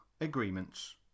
agreements